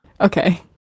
Okay